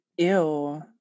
Ew